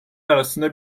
arasında